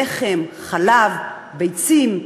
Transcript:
לחם, חלב, ביצים.